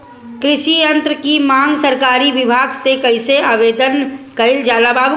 कृषि यत्र की मांग सरकरी विभाग में कइसे आवेदन कइल जाला?